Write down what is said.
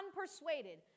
Unpersuaded